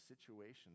situations